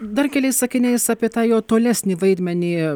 dar keliais sakiniais apie tą jo tolesnį vaidmenį